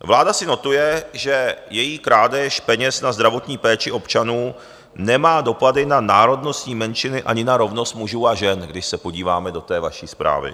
Vláda si notuje, že její krádež peněz na zdravotní péči občanů nemá dopady na národnostní menšiny ani na rovnost mužů a žen, když se podíváme do té vaší zprávy.